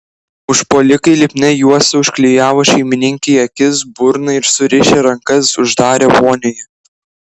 užpuolikai lipnia juosta užklijavo šeimininkei akis burną ir surišę rankas uždarė vonioje